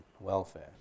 welfare